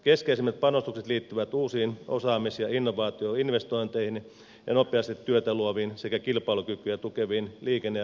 keskeisimmät panostukset liittyvät uusiin osaamis ja innovaatioinvestointeihin ja nopeasti työtä luoviin sekä kilpailukykyä tukeviin liikenne ja rakentamishankkeisiin